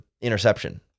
interception